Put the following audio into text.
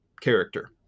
character